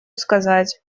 сказать